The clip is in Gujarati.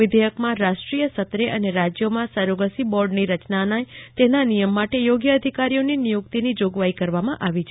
વિઘેયકમાં રાષ્ટ્રીય સાત્રે અને રાજ્યોમાં સેરોગેસી બોર્ડની રચનાને તેના નિયમ માટે યોગ્ય અધિકારીઓની નિયુક્તિની જોગવાઈ કરવામાં આવી છે